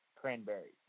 cranberries